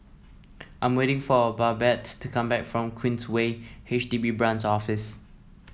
I'm waiting for Babette to come back from Queensway H D B Branch Office